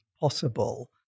possible